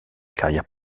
carrière